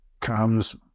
comes